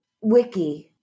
Wiki